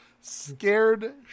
scared